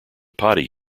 potty